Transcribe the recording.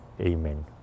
Amen